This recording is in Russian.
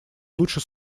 лучше